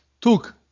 took